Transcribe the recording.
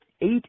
eight